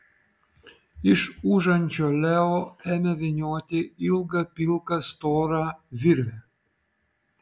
iš užančio leo ėmė vynioti ilgą pilką storą virvę